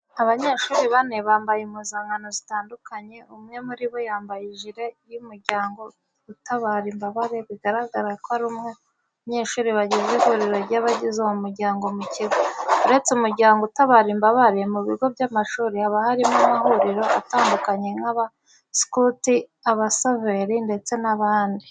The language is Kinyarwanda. Abanyeshuri bane bambaye impuzankano zitandukanye, umwe muri bo yambaye ijire y'umuryango utabara imbabare bigaragara ko ari umwe mu banyeshuri bagize ihuriro ry'abagize uwo muryango mu kigo. Uretse umuryango utabara imbabare, mu bigo by'amashuri haba harimo amahuriro atandukanye nk'abasukuti, abasaveri ndetse n'abandi.